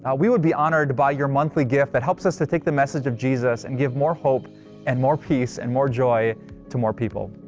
ah we would be honored by your monthly gift that helps us to take the message of jesus and give more hope and more peace and more joy to more people.